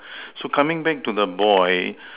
so coming back to the boy